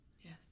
Yes